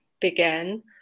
began